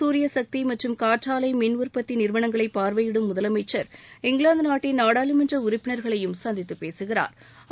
சூரியசக்தி மற்றும் காற்றாலை மின் உற்பத்தி நிறுவனங்களை பார்வையிடும் முதலமைச்சர் இங்கிலாந்து நாட்டின் நாடாளுமன்ற உறுப்பினா்களையும் சந்தித்து பேசுகிறாா்